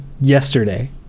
yesterday